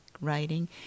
writing